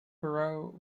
brough